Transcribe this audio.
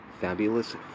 Fabulous